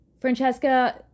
francesca